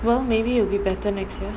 well maybe it'll will be better next year